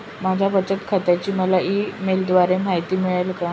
माझ्या बचत खात्याची मला ई मेलद्वारे माहिती मिळेल का?